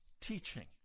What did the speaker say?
teaching